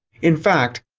in fact,